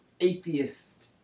atheist